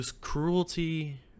cruelty